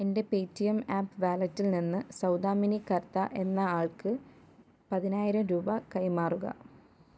എൻ്റെ Paytm app വാലറ്റിൽ നിന്ന് സൗദാമിനി കർത്ത എന്ന ആൾക്ക് പതിനായിരം രൂപ കൈമാറുക